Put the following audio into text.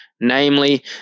namely